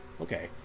okay